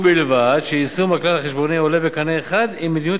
ובלבד שיישום הכלל החשבונאי עולה בקנה אחד עם מדיניות